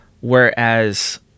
Whereas